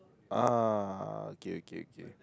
ah okay okay okay